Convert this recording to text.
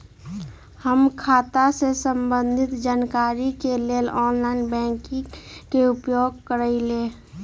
हम खता से संबंधित जानकारी के लेल ऑनलाइन बैंकिंग के उपयोग करइले